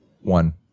One